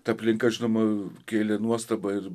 ta aplinka žinoma kėlė nuostabą ir